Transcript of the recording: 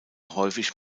häufig